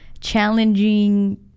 challenging